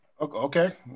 Okay